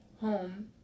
home